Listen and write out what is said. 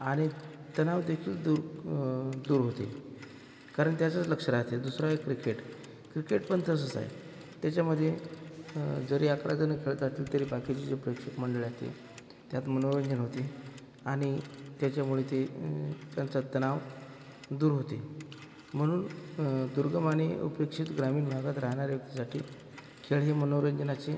आणि तणावदेखील दूर दूर होते कारण त्याचंच लक्ष राहते दुसरं आहे क्रिकेट क्रिकेट पण तसंच आहे त्याच्यामधे जरी अकराजणं खेळत असली तरी बाकीची जी प्रेक्षक मंडळी आहे ती त्यात मनोरंजन होते आणि त्याच्यामुळे ते त्यांचा तणाव दूर होते म्हणून दुर्गम आणि उपेक्षित ग्रामीण भागात राहणाऱ्या व्यक्तीसाठी खेळ हे मनोरंजनाची